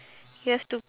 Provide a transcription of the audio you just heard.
you have to